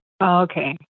Okay